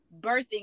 birthing